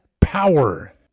power